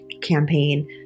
campaign